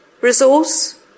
resource